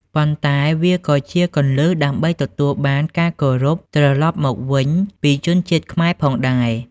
ប៉ុន្តែវាក៏ជាគន្លឹះដើម្បីទទួលបានការគោរពត្រឡប់មកវិញពីជនជាតិខ្មែរផងដែរ។